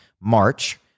March